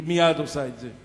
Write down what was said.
היא מייד עושה את זה.